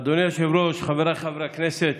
אדוני היושב-ראש, חבריי חברי הכנסת,